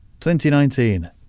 2019